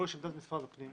פה יש עמדת משרד הפנים,